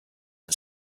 and